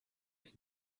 une